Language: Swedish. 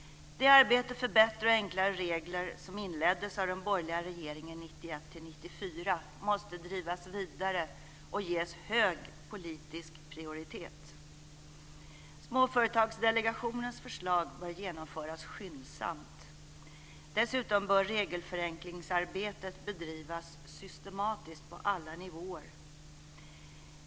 Det arbete för bättre och enklare regler som inleddes av den borgerliga regeringen 1991-1994 måste drivas vidare och ges hög politisk prioritet. Småföretagsdelegationens förslag bör genomföras skyndsamt. Dessutom bör regelförenklingsarbetet bedrivas systematiskt på alla nivåer.